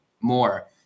more